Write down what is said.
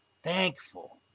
thankful